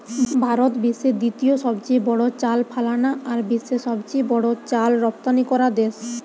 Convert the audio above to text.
ভারত বিশ্বের দ্বিতীয় সবচেয়ে বড় চাল ফলানা আর বিশ্বের সবচেয়ে বড় চাল রপ্তানিকরা দেশ